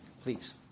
please